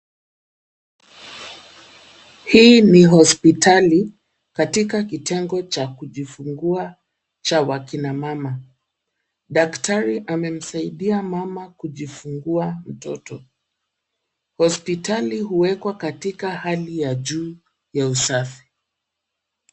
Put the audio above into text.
Hii ni hospitali katika kitengo cha kujifungua cha wakina mama. Daktari amemsaidia mama kujifungua mtoto. Hospitali huekwa katika hali ya juu ya usafi.